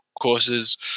courses